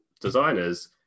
designers